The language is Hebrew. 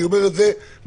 ואני אומר את זה בידיעה,